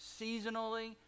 seasonally